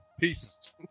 peace